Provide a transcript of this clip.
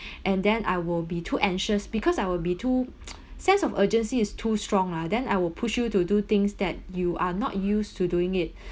and then I will be too anxious because I will be too sense of urgency is too strong lah then I will push you to do things that you are not used to doing it